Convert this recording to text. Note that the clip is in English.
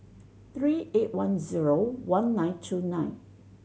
three eight one zero one nine two nine